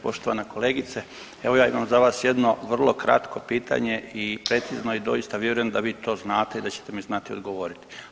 Poštovana kolegice evo ja imam za vas jedno vrlo kratko pitanje i precizno, i doista vjerujem da vi to znate i da ćete mi znati odgovoriti.